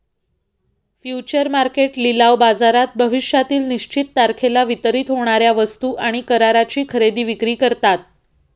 future market लिलाव बाजारात भविष्यातील निश्चित तारखेला वितरित होणार्या वस्तू आणि कराराची खरेदी विक्री करतात